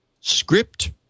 script